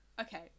okay